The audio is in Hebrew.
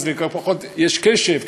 אז לכל הפחות יש קשב,